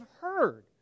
heard